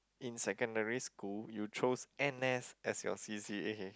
in secondary school you chose N_S as your C_C_A